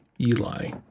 Eli